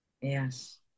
Yes